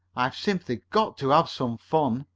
i've simply got to have some fun.